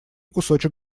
кусочек